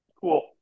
Cool